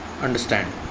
understand